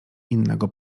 innego